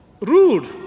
rude